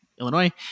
Illinois